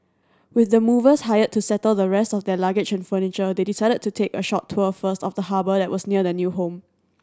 with the movers hired to settle the rest of their luggage and furniture they decided to take a short tour first of the harbour that was near their new home